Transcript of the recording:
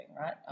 right